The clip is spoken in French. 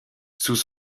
sous